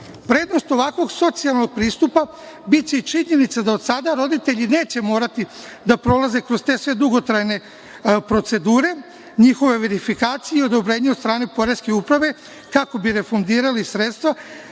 Prednost ovakvog socijalnog pristupa biće i činjenica da od sada roditelji neće morati da prolaze kroz te sve dugotrajne procedure, njihove verifikacije i odobrenje od strane Poreske uprave, kako bi refundirali sredstva,